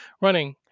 running